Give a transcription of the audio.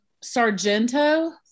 Sargento